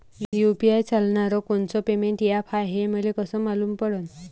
UPI चालणारं कोनचं payment app हाय, हे मले कस मालूम पडन?